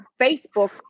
Facebook